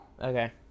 Okay